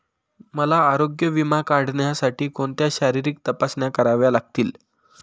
मला आरोग्य विमा काढण्यासाठी कोणत्या शारीरिक तपासण्या कराव्या लागतील?